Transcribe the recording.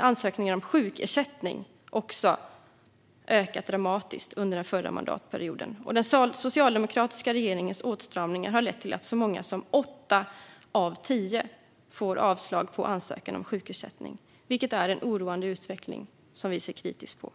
ansökningar om sjukersättning ökat dramatiskt under den förra mandatperioden. Den socialdemokratiska regeringens åtstramningar har lett till att så många som åtta av tio får avslag på ansökan om sjukersättning, vilket är en oroande utveckling som vi ser kritiskt på.